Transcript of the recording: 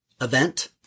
event